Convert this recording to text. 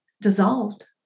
dissolved